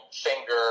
finger